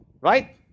right